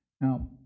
Now